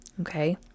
Okay